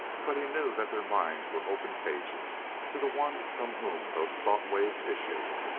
but he knew that their minds were open pages to the one from whom those thought-waves issued.